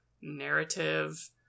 narrative